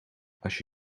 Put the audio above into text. als